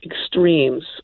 extremes